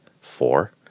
Four